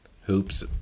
hoops